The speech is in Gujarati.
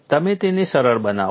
તમે તેને સરળ બનાવો